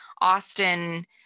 Austin